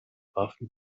waffen